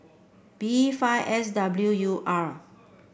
B five S W U R